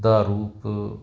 ਦਾ ਰੂਪ